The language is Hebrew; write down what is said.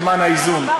למען האיזון,